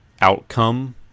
outcome